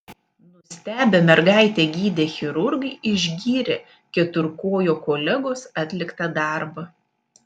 nustebę mergaitę gydę chirurgai išgyrė keturkojo kolegos atliktą darbą